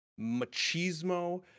machismo